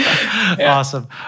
awesome